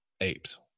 apes